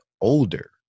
older